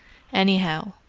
anyhow,